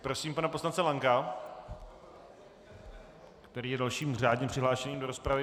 Prosím pana poslance Lanka, který je dalším řádně přihlášeným do rozpravy.